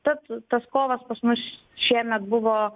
tad tas kovas pas mus šiemet buvo